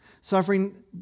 Suffering